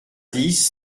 dix